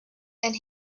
and